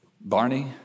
Barney